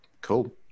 cool